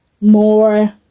More